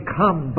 come